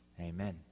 Amen